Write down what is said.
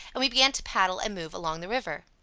and we began to paddle and move along the river.